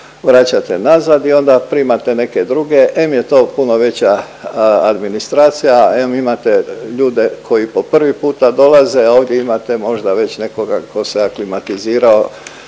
vraćate nazad i onda primate neke druge. Em je to puno veća administracija, em imate ljude koji po prvi puta dolaze, a ovdje imate možda već nekoga tko se aklimatizirao